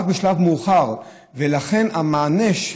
דהיינו, רק בשלב מאוחר, ולכן המענה,